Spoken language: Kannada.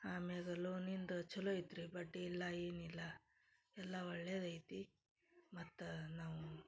ಆಮ್ಯಾಗ ಲೋನಿಂದ ಛಲೋ ಐತ್ರಿ ಬಡ್ಡಿ ಇಲ್ಲ ಏನಿಲ್ಲ ಎಲ್ಲ ಒಳ್ಳೆಯದೈತಿ ಮತ್ತು ನಾವು